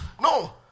No